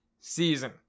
season